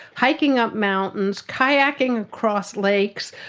hiking up mountains, kayaking across lakes,